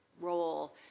role